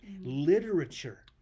literature